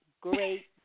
great